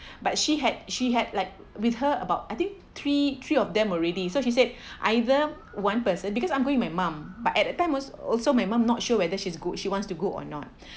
but she had she had like with her about I think three three of them already so she said either one person because I'm going with my mum but at that time al~ also my mum not sure whether she's go she wants to go or not